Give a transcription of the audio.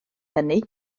hynny